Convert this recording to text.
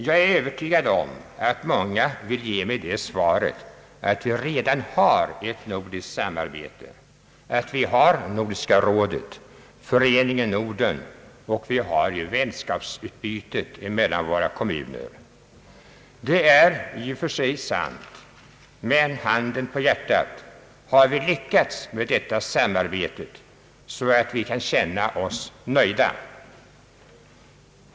Jag är övertygad om att många vill ge mig det svaret, att vi redan har ett nordiskt samarbete, att vi har Nordiska rådet, Föreningen Norden och vänskapsutbytet mellan våra kommuner. Det är i och för sig sant, men handen på hjärtat: Har vi lyckats med detta samarbete, så att vi kan känna oss nöjda?